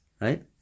Right